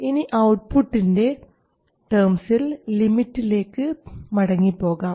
ഇനി ഔട്ട്പുട്ടിൻറെ ടേംസിൽ ലിമിറ്റിലേക്ക് മടങ്ങി പോകാം